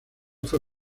fue